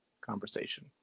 conversation